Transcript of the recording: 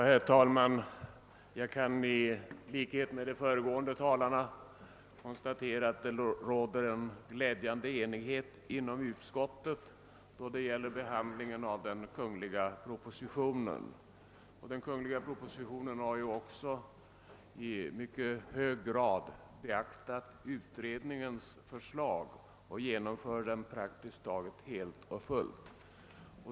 Herr talman! Jag kan i likhet med de föregående talarna konstatera att det rått en glädjande enighet inom utskottet då det gäller behandlingen av den kungl. propositionen, som i mycket hög grad har beaktat utredningens förslag och genomför dem praktiskt taget helt och fullt.